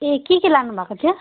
ए के के लानुभएको थियो